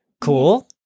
cool